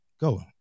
go